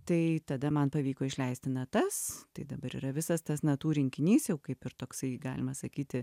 tai tada man pavyko išleisti natas tai dabar yra visas tas natų rinkinys jau kaip ir toksai galima sakyti